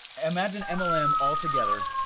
imagine mlm all together